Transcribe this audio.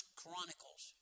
Chronicles